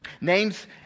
Names